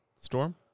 Storm